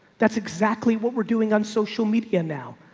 that's exactly what we're doing on social media. now,